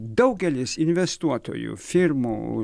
daugelis investuotojų firmų